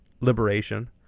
Liberation